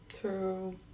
True